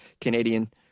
Canadian